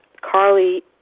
Carly